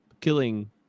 killing